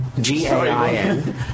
G-A-I-N